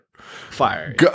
fire